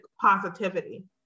positivity